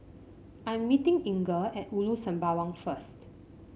I am meeting Inger at Ulu Sembawang first